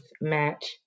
Match